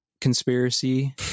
conspiracy